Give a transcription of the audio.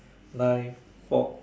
knife fork